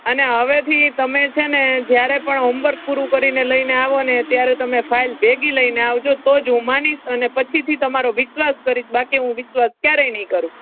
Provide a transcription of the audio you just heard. અને હવેથી તમે છે ને જ્યારે પણ હોમવર્ક પૂરું કરીને લઈને આવો ને ત્યારે તમે ફાઇલ ભેગી લઈને આવજો તો જ હું માનીશ અને પછીથી તમારો વિશ્વાસ કરીશ બાકી હું વિશ્વાસ ક્યારેય નહીં કરું